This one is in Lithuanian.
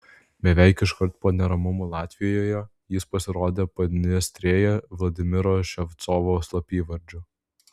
beveik iškart po neramumų latvijoje jis pasirodė padniestrėje vladimiro ševcovo slapyvardžiu